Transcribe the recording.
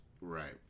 Right